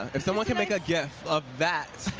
if someone can make a gif of that.